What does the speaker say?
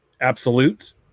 Absolute